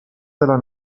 della